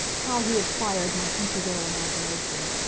how he had fired my country-girl imagination!